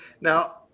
now